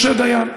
משה דיין.